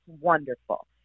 wonderful